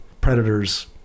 predators